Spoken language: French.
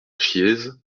chiéze